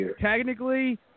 technically